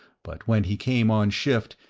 but when he came on shift,